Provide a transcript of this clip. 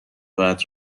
بعد